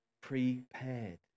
prepared